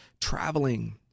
traveling